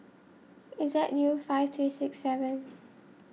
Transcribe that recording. Z U five three six seven